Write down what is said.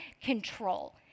control